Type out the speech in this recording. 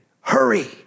hurry